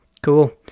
Cool